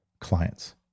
clients